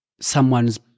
someone's